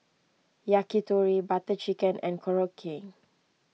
Yakitori Butter Chicken and Korokke